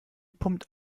pumpt